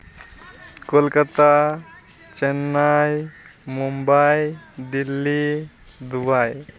Kolkata Chennai Mumbai Delhi Dubai